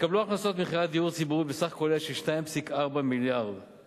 ממכירות דיור ציבורי בסכום כולל של 2.4 מיליארדי שקלים.